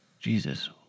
Jesus